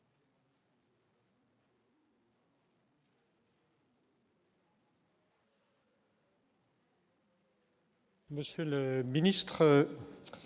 monsieur le ministre,